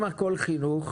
אם הכול חינוך,